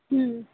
હં